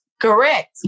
Correct